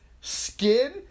skin